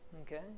Okay